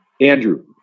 Andrew